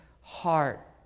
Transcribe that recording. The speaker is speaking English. heart